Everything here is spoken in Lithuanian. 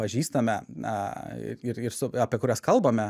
pažįstame na ir ir su apie kurias kalbame